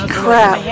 crap